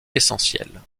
essentielle